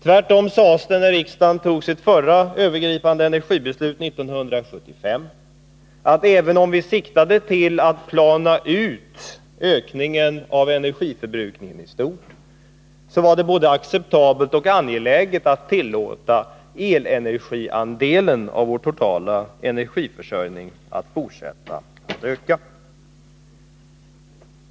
Tvärtom sades det, när riksdagen tog sitt förra övergripande energibeslut 1975, att även om vi siktade till att plana ut ökningen av energiförbrukningen i samhället, var det både acceptabelt och angeläget att tillåta elenergiandelen av vår totala energiförsörjning att fortsätta att öka.